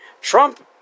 Trump